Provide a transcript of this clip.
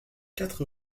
quatre